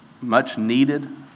much-needed